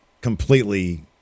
completely